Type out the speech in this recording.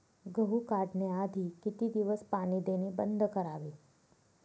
गहू काढण्याआधी किती दिवस पाणी देणे बंद करावे?